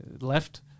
left